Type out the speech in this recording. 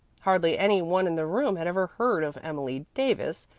hardly any one in the room had ever heard of emily davis,